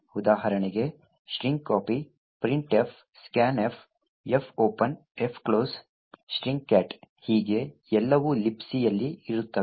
ಉದಾಹರಣೆಗೆ strcpy printf scanf fopen fclose strcat ಹೀಗೆ ಎಲ್ಲವೂ Libc ಯಲ್ಲಿ ಇರುತ್ತವೆ